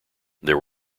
there